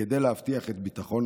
כדי להבטיח את ביטחון